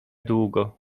długo